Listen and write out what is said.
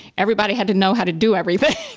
everybody had to know how to do everything.